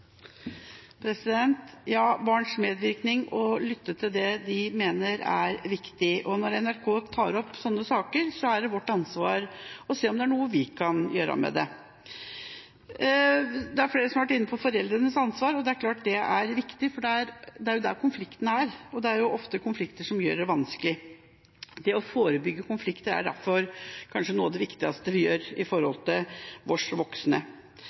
er viktig, og når NRK tar opp sånne saker, er det vårt ansvar å se om det er noe vi kan gjøre med det. Det er flere som har vært inne på foreldrenes ansvar, og det er klart at det er viktig, for det er jo der konfliktene er, og det er jo ofte konflikter som gjør det vanskelig. Det å forebygge konflikter er derfor kanskje noe av det viktigste vi